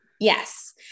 Yes